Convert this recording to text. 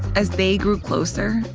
as they grew closer,